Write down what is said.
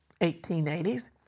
1880s